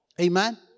Amen